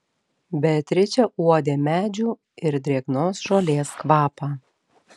beatričė uodė medžių ir drėgnos žolės kvapą